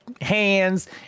hands